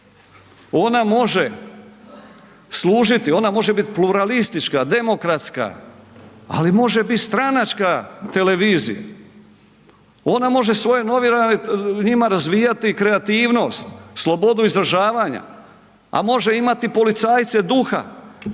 Ona može služiti, ona može biti pluralistička, demokratska, ali može biti stranačka televizija. Ona može svoje novinare njima razvijati kreativnost, slobodu izražavanja, a može imati policajce duha